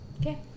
Okay